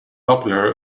popular